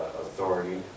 authority